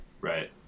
Right